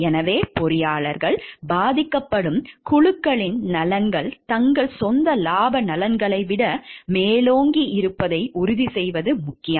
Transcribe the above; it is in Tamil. எனவே பொறியாளர்கள் பாதிக்கப்படும் குழுக்களின் நலன்கள் தங்கள் சொந்த இலாப நலன்களை விட மேலோங்கி இருப்பதை உறுதி செய்வது முக்கியம்